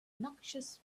obnoxious